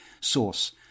source